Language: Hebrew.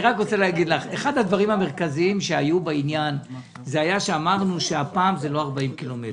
הדברים המרכזיים שהיו בעניין היה כשאמרנו שהפעם זה לא 40 קילומטר,